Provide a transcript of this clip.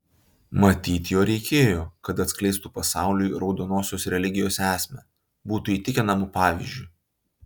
matyt jo reikėjo kad atskleistų pasauliui raudonosios religijos esmę būtų įtikinamu pavyzdžiu